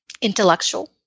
intellectual